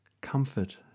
Comfort